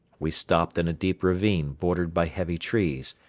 we stopped in a deep ravine bordered by heavy trees,